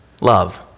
Love